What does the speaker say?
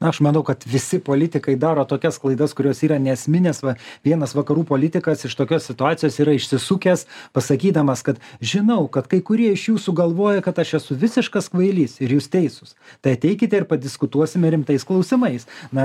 aš manau kad visi politikai daro tokias klaidas kurios yra neesminės va vienas vakarų politikas iš tokios situacijos yra išsisukęs pasakydamas kad žinau kad kai kurie iš jūsų galvoja kad aš esu visiškas kvailys ir jūs teisūs tai ateikite ir padiskutuosime rimtais klausimais na